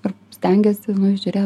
ir stengiesi nu įžiūrėt